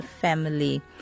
family